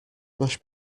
mashed